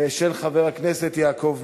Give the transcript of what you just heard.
צריך לראות לפי החוק.